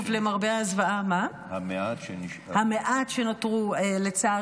המעט שנשאר.